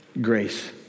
grace